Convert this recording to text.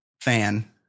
fan